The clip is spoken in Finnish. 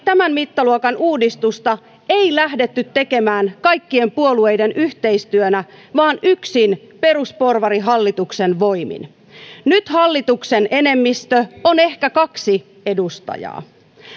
tämän mittaluokan uudistusta ei lähdetty tekemään kaikkien puolueiden yhteistyönä vaan yksin perusporvarihallituksen voimin nyt hallituksen enemmistö on ehkä kaksi edustajaa